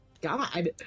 god